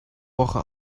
woche